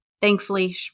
Thankfully